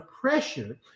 pressure